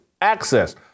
access